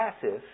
passive